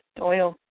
oil